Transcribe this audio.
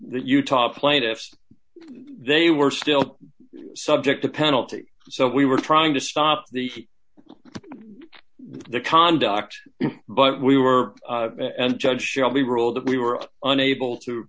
utah plaintiffs they were still subject to penalty so we were trying to stop the conduct but we were and judge shelby ruled that we were unable to